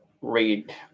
read